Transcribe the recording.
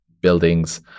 buildings